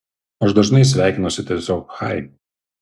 aš dažnai sveikinuosi tiesiog chai